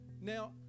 Now